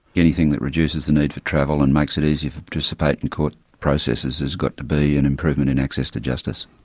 anything that reduces the need for travel and makes it easy to participate in court processes has got to be an improvement in access to justice,